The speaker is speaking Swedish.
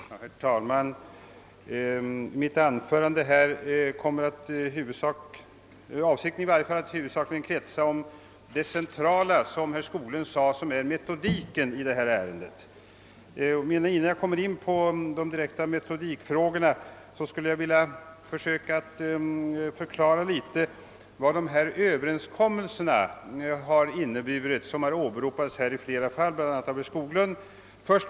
Herr talman! Mitt anförande här kommer att i huvudsak kretsa kring det centrala i detta ärende, nämligen metodiken, som herr Skoglund uttryckte det. Först skall jag emellertid försöka förklara litet av vad de överenskommelser inneburit som har åberopats av bl.a. herr Skoglund.